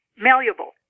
malleable